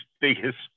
biggest